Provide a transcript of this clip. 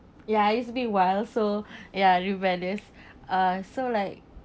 ya I used to be wild so ya rebellious uh so like